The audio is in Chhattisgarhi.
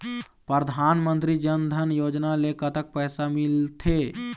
परधानमंतरी जन धन योजना ले कतक पैसा मिल थे?